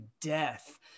death